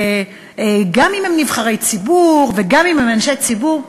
גם אם הם נבחרי ציבור וגם אם הם אנשי ציבור,